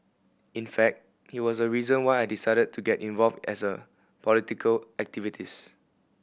in fact he was a reason why I decided to get involved as a political activist